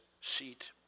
seat